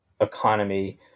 economy